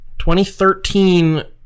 2013